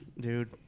dude